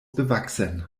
bewachsen